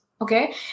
Okay